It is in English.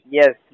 yes